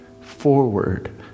forward